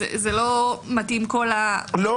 זה לא מתאים כל המלל הרב הזה -- אבל